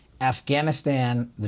Afghanistan